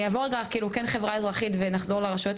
אני אעבור רגע לחברה האזרחית ואז נחזור לרשויות,